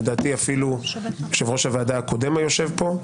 לדעתי אפילו יושב-ראש הוועדה הקודם היושב פה,